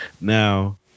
Now